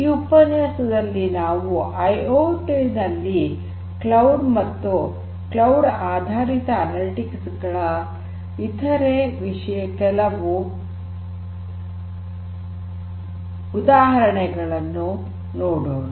ಈ ಉಪನ್ಯಾಸದಲ್ಲಿ ನಾವು ಐಐಓಟಿ ನಲ್ಲಿ ಕ್ಲೌಡ್ ಮತ್ತು ಕ್ಲೌಡ್ ಆಧಾರಿತ ಅನಲಿಟಿಕ್ಸ್ ಗಳ ಇತರೆ ಕೆಲವು ಉದಾಹರಣೆಗಳನ್ನು ನೋಡೋಣ